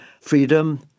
freedom